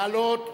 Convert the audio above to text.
לעלות.